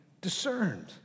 discerned